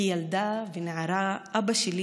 כילדה ונערה אבא שלי,